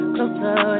Closer